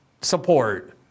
support